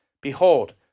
Behold